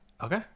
okay